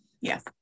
yes